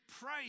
pray